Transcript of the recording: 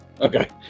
Okay